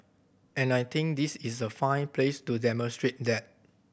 and I think this is a fine place to demonstrate that